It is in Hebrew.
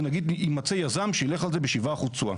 ונגיד שיימצא יזם שילך על זה ב-7% תשואה.